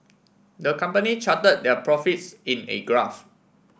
the company charted their profits in a graph